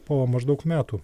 po maždaug metų